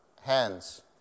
Hands